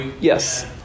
Yes